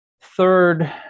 third